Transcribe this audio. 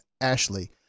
Ashley